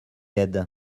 aide